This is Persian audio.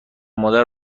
مادر